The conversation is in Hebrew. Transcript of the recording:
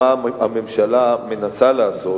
מה הממשלה מנסה לעשות,